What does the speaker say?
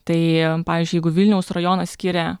tai pavyzdžiui jeigu vilniaus rajonas skiria